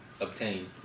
obtain